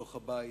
בתוך הבית,